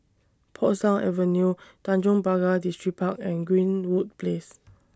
Portsdown Avenue Tanjong Pagar Distripark and Greenwood Place